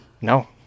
No